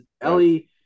Ellie